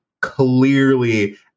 clearly